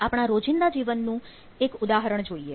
આપણા રોજિંદા જીવન નું એક ઉદાહરણ જોઈએ